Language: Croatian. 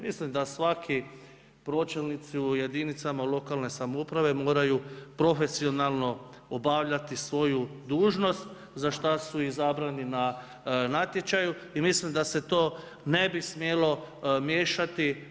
Mislim da svaki pročelnik u jadnicama lokalne samouprave moraju profesionalno obavljati svoju dužnost, za što su izabrani na natječaju i mislim da se to ne bi smjelo miješati.